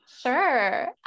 Sure